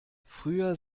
früher